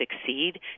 succeed